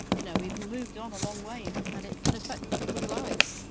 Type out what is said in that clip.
you know, we've moved on a long way, and it can affect people's lives.